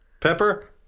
Pepper